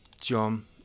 John